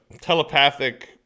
telepathic